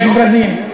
יש ברזים.